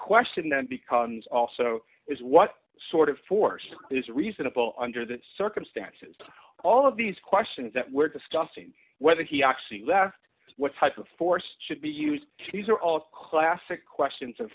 question then becomes also is what sort of force is reasonable under the circumstances all of these questions that we're discussing whether he actually left what type of force should be used to use are all classic questions